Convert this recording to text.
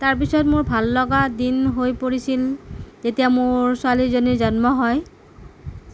তাৰপিছত মোৰ ভাল লগা দিন হৈ পৰিছিল যেতিয়া মোৰ ছোৱালীজনীৰ জন্ম হয়